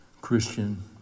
Christian